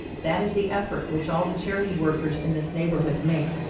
that is the effort which all the charity workers in this neighborhood make.